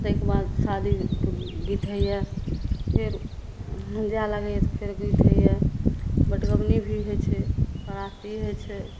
ताहिके बाद शादीके गीत होइए फेर जाए लागैए तऽ फेर गीत होइए बटगमनी भी होइ छै पराती होइ छै